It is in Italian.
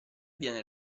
viene